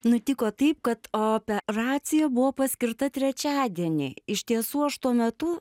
nutiko taip kad operacija buvo paskirta trečiadienį iš tiesų aš tuo metu